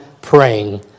praying